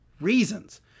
reasons